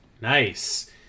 Nice